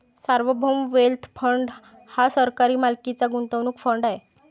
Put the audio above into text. सार्वभौम wealth fund हा सरकारी मालकीचा गुंतवणूक फंड आहे